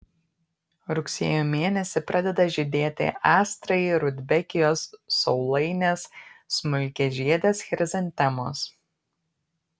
rugsėjo mėnesį pradeda žydėti astrai rudbekijos saulainės smulkiažiedės chrizantemos